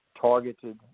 targeted